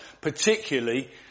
Particularly